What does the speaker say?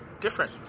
different